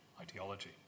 ideology